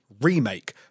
remake